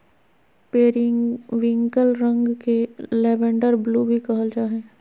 periwinkle रंग के lavender blue भी कहल जा हइ